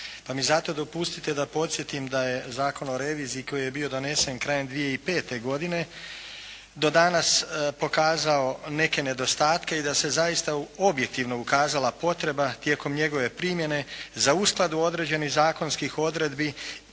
Pa mi zato dopustite da podsjetim da je Zakon o reviziji koji je bio donesen krajem 2005. godine do danas pokazao neke nedostatke i da se zaista objektivno ukazala potreba tijekom njegove primjene za uskladbu određenih zakonskih odredbi,